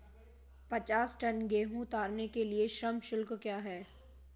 पचास टन गेहूँ उतारने के लिए श्रम शुल्क क्या होगा?